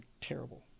terrible